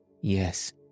Yes